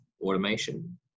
automation